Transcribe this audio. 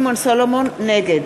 נגד